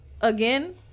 again